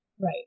Right